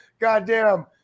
goddamn